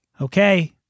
Okay